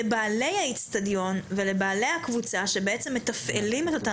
לבעלי האצטדיון ולבעלי הקבוצה שבעצם מתפעלים את אותן